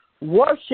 worship